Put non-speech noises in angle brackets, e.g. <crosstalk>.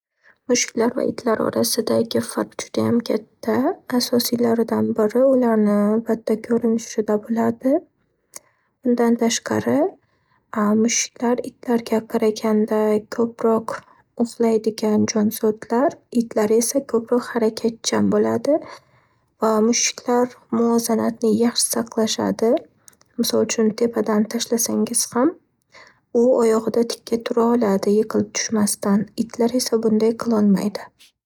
Mushuklar va itlar orasidagi farq judayam katta. Asosiylaridan biri, albatta, ularni ko'rinishida bo'ladi. Bundan tashqari, <hesitation> mushuklar itlarga qaraganda ko'proq uxlaydigan jonzotlar. Itlar esa ko'proq harakatchan bo'ladi va mushuklar muvozanatni yaxshu saqlashadi. Misol uchun, tepadan tashlasangiz ham u oyog'ida tikka tura oladi yiqilib tushmasdan. Itlar esa bunday qila olmaydi.